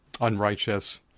unrighteous